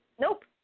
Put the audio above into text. nope